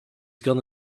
gonna